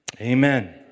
Amen